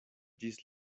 ĝis